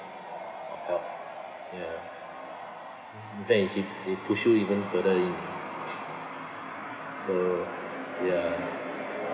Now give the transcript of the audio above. or help ya even they push you even further away so ya